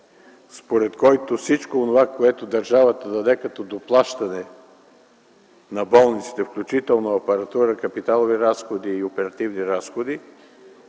според който всичко онова, което държавата даде като доплащане на болниците, включително апаратура, капиталови и оперативни разходи,